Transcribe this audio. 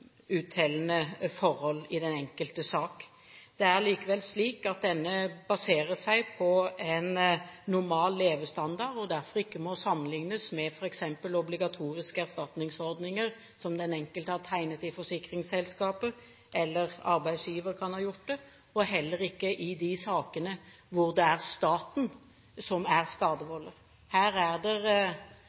forhold i den enkelte sak. Det er likevel slik at denne baserer seg på en normal levestandard og derfor ikke må sammenlignes med f.eks. obligatoriske erstatningsordninger som den enkelte har tegnet i forsikringsselskaper, eller som arbeidsgiver kan ha tegnet, og heller ikke med de sakene hvor det er staten som er skadevolder. Her er